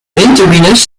windturbines